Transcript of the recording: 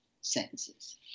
sentences